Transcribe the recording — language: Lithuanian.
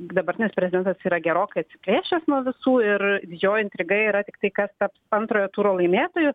dabartinis prezidentas yra gerokai atsiplėšęs nuo visų ir jau intriga yra tiktai kas taps antrojo turo laimėtoju